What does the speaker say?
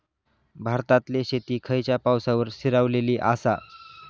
भारतातले शेती खयच्या पावसावर स्थिरावलेली आसा?